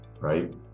Right